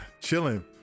chilling